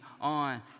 on